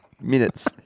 minutes